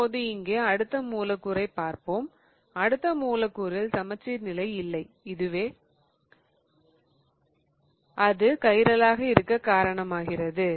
இப்போது இங்கே அடுத்த மூலக்கூறைப் பார்ப்போம் அடுத்த மூலக்கூறில் சமச்சீர் நிலை இல்லை இதுவே அது கைரலாக இருக்க காரணமாகிறது